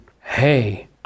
hey